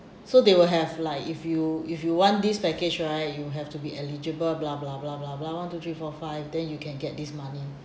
so they will have like if you if you want this package right you have to be eligible blah blah blah blah blah one two three four five then you can get this money